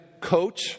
coach